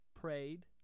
prayed